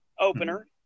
opener